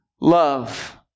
love